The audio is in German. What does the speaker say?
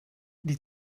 die